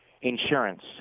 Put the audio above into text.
Insurance